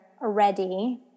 already